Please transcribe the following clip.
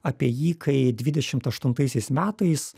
apie jį kai dvidešimt aštuntaisiais metais